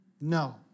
No